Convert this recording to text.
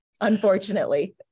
unfortunately